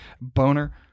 boner